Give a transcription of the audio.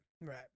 right